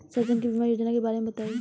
शासन के बीमा योजना के बारे में बताईं?